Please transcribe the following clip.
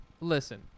listen